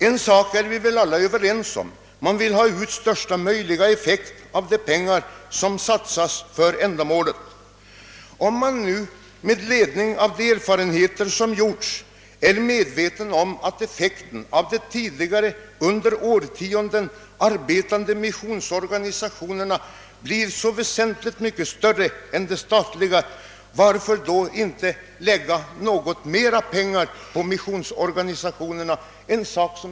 En sak är vi väl alla överens om: man vill få ut största möjliga effekt av de pengar som satsas för ändamålet. Om man nu med ledning av de erfarenheter som gjorts är medveten om att effekten av de tidigare under årtionden arbetande missionsorganisationerna blir så väsentligt mycket större än effekten av de statliga organisationernas arbete, varför inte då lägga något mera pengar på missionsorganisationerna?